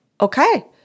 okay